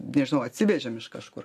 nežinau atsivežėm iš kažkur